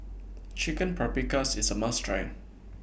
Chicken Paprikas IS A must Try